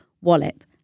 wallet